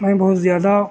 میں بہت زیادہ